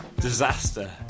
Disaster